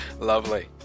Lovely